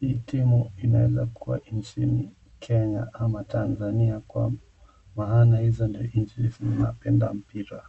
hii timu inaweza kuwa nchini Kenya ama Tanzania kwa maana hizo ndio nchi zinapenda mpira.